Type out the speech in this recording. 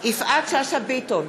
יפעת שאשא ביטון,